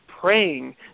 praying